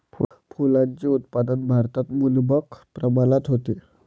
फुलांचे उत्पादन भारतात मुबलक प्रमाणात होते